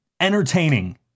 entertaining